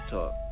Talk